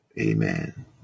amen